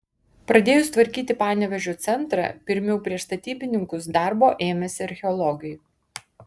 pradėjus tvarkyti panevėžio centrą pirmiau prieš statybininkus darbo ėmėsi archeologai